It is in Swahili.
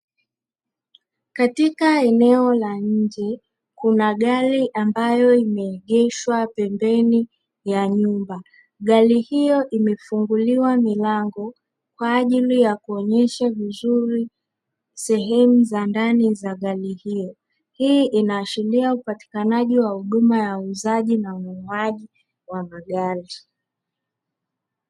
Katika eneo la nje kuna gari ambayo imeegeshwa pembeni ya nyumba. Gari hiyo imefunguliwa milango kwa ajili ya kuonyesha vizuri sehemu za ndani za gari hilo. Hii inaashiria kuwa upatikanaji wa huduma ya uuzaji na ununuaji wa magari.